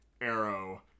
arrow